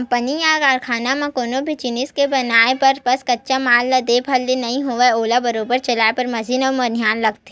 company या कारखाना म कोनो भी जिनिस के बनाय बर बस कच्चा माल ला दे भर ले नइ होवय ओला बरोबर चलाय बर मसीन अउ बनिहार लगथे